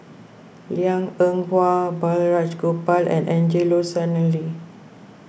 Liang Eng Hwa Balraj Gopal and Angelo Sanelli